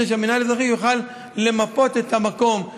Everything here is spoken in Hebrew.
כדי שהמינהל האזרחי יוכל למפות את המקום,